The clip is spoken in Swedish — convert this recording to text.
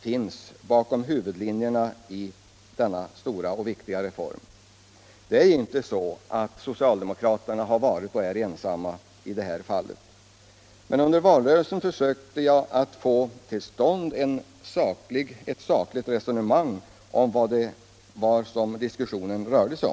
finns bakom huvudlinjerna i denna stora och viktiga reform. Det är inte så att socialdemokraterna har varit och är ensamma i det här fallet. Under valrörelsen försökte jag få till stånd ett sakligt resonemang om vad diskussionen rörde.